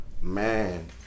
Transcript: Man